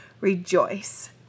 rejoice